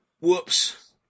Whoops